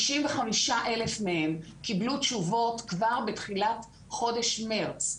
65,000 מהם קיבלו תשובות כבר בתחילת חודש מרץ.